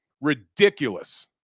ridiculous